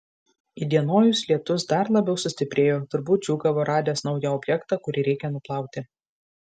įdienojus lietus dar labiau sustiprėjo turbūt džiūgavo radęs naują objektą kurį reikia nuplauti